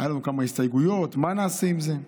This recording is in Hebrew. היו לנו כמה הסתייגויות מה נעשה עם זה.